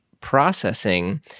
processing